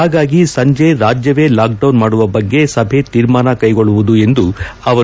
ಹಾಗಾಗಿ ಸಂಜೆ ರಾಜ್ಯವೇ ಲಾಕ್ ಡೌನ್ ಮಾಡುವ ಬಗ್ಗೆ ಸಭೆ ಸೇರಿ ತೀರ್ಮಾನ ಕೈಗೊಳ್ಳಲಾಗುವುದು ಎಂದರು